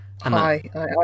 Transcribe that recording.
Hi